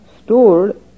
stored